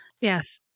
Yes